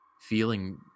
feeling